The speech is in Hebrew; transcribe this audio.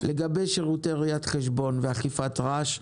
לגבי שירותי ראיית חשבון ואכיפת רעש,